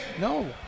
no